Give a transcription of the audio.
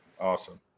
Awesome